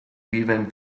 viven